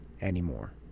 anymore